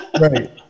right